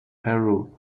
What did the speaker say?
peru